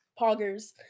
poggers